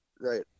Right